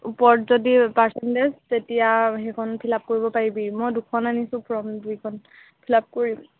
ওপৰত যদি পাৰ্চেণ্টেজ তেতিয়া সেইখন ফিল আপ কৰিব পাৰিবি মই দুখন আনিছোঁ ফৰ্ম দুইখন ফিল আপ কৰিম